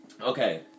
Okay